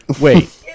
Wait